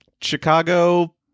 chicago